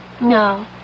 No